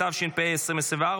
התשפ"ה 2024,